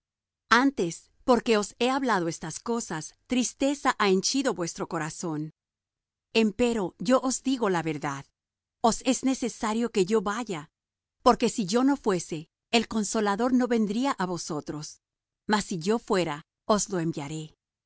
antes porque os he hablado estas cosas tristeza ha henchido vuestro corazón empero yo os digo la verdad os es necesario que yo vaya porque si yo no fuese el consolador no vendría á vosotros mas si yo fuere os le enviaré